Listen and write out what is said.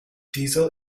diesel